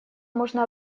можно